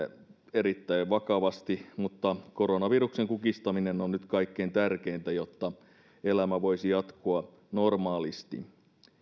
erittäin vakavasti mutta koronaviruksen kukistaminen on nyt kaikkein tärkeintä jotta elämä voisi jatkua normaalisti